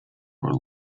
were